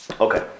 Okay